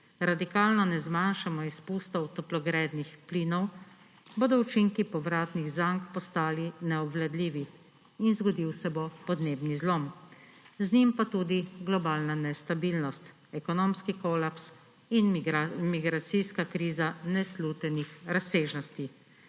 radikalno ne zmanjšamo izpustov toplogrednih plinov, bodo učinki povratnih zank postali neobvladljivi in zgodil se bo podnebni zlom, z njim pa tudi globalna nestabilnost, ekonomski kolaps in migracijska kriza neslutenih razsežnosti.